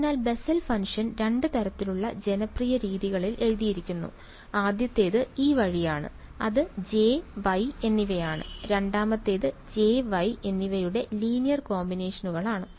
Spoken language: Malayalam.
അതിനാൽ ബെസ്സൽ ഫംഗ്ഷൻ രണ്ട് തരത്തിലുള്ള ജനപ്രിയ രീതികളിൽ എഴുതിയിരിക്കുന്നു ആദ്യത്തേത് ഈ വഴിയാണ് അത് J Y എന്നിവയാണ് രണ്ടാമത്തേത് J Y എന്നിവയുടെ ലീനിയർ കോമ്പിനേഷനുകളാണ്